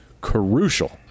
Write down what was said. crucial